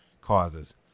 causes